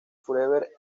forever